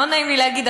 לא נעים לי להגיד,